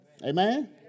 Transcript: Amen